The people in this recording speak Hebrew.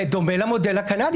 בשבוע האחרון לא הייתה חקיקה,